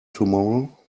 tomorrow